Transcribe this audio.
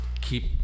keep